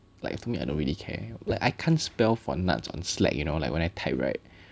like to me I don't really care like I can't spell for nuts on Slack you know like when I type right